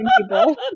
people